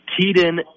Keaton